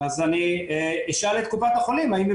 אז אני אשאל את קופת החולים האם היא